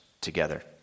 together